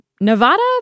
Nevada